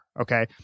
Okay